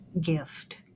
gift